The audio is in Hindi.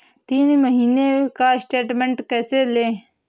तीन महीने का स्टेटमेंट कैसे लें?